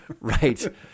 Right